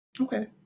Okay